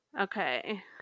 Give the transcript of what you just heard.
Okay